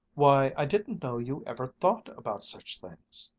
why, i didn't know you ever thought about such things.